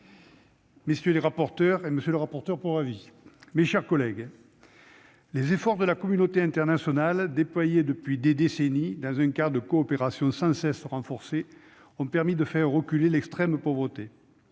Madame la présidente, monsieur le ministre, mes chers collègues, les efforts de la communauté internationale, déployés depuis des décennies dans un cadre de coopération sans cesse renforcé, ont permis de faire reculer l'extrême pauvreté.